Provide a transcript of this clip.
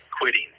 quitting